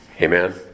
Amen